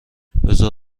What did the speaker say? بزار